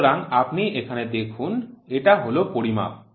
সুতরাং আপনি এখানে দেখুন এটা হল পরিমাপ